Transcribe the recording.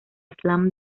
slam